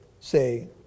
say